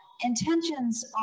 Intentions